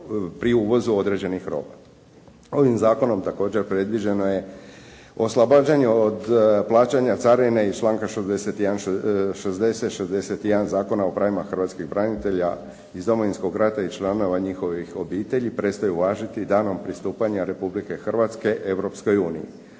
pri uvozu određenih roba. Ovim zakonom također predviđeno je oslobađanje od plaćanja carine iz članka 60. i 61. Zakona o pravima hrvatskih branitelja iz Domovinskog rata i članova njihovih obitelji, prestaju važiti danom pristupanja Republike Hrvatske Europskoj uniji.